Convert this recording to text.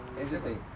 interesting